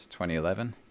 2011